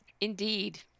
Indeed